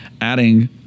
adding